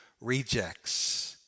rejects